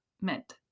meant